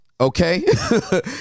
okay